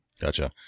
Gotcha